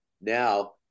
now